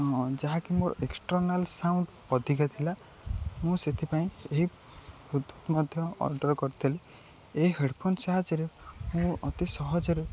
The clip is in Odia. ହଁ ଯାହାକି ମୋର ଏକ୍ସଟର୍ନାଲ୍ ସାଉଣ୍ଡ୍ ଅଧିକା ଥିଲା ମୁଁ ସେଥିପାଇଁ ଏହି ବ୍ଲୁତୁଥ୍ ମଧ୍ୟ ଅର୍ଡ଼ର୍ କରିଥିଲି ଏହି ହେଡ଼ଫୋନ୍ ସାହାଯ୍ୟରେ ମୁଁ ଅତି ସହଜରେ